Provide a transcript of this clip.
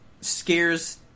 scares